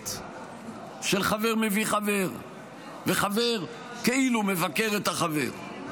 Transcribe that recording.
מחבקת של חבר מביא חבר וחבר כאילו מבקר את החבר.